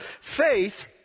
Faith